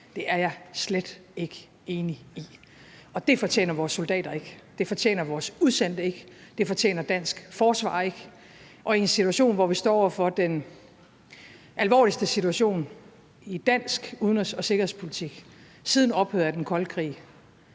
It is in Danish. Det er jeg slet ikke enig i, og det fortjener vores soldater ikke at høre, det fortjener vores udsendte ikke, det fortjener dansk forsvar ikke. Og her, hvor vi står over for den alvorligste situation i dansk udenrigs- og sikkerhedspolitik siden ophøret af den kolde krig,